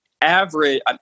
average